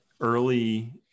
early